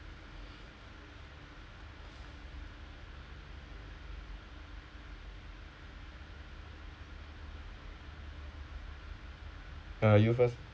uh you first